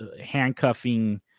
handcuffing